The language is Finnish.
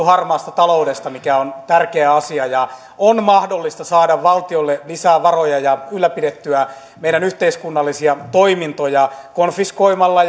harmaasta taloudesta mikä on tärkeä asia on mahdollista saada valtiolle lisää varoja ja ylläpidettyä meidän yhteiskunnallisia toimintojamme konfiskoimalla